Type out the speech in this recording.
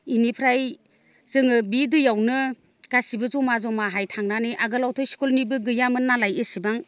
बेनिफ्राय जोङो बि दैयावनो गासिबो जमा जमाहाय थांनानै आगोलावथ' इस्कुलनिबो गैयामोननालय इसिबां